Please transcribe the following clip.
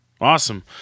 Awesome